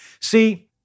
See